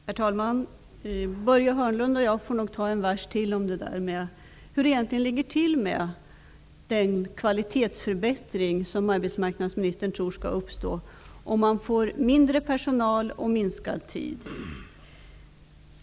Herr talman! Börje Hörnlund och jag får nog ta en vers till om hur det egentligen ligger till med den kvalitetsförbättring som arbetsmarknadsministern tror skall uppstå om det blir mindre personal och minskad tid för arbetsuppgifterna.